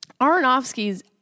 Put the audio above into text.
Aronofsky's